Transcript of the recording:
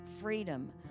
freedom